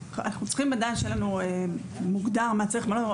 אנחנו צריכים לדעת ושזה יהיה מוגדר לנו מה צריך ומה לא.